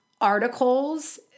articles